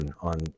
on